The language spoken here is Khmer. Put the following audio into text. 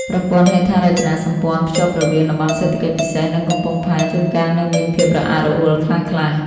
ប្រព័ន្ធហេដ្ឋារចនាសម្ព័ន្ធតភ្ជាប់រវាង តំបន់សេដ្ឋកិច្ចពិសេស និងកំពង់ផែ ជួនកាលនៅមានភាពរអាក់រអួលខ្លះៗ។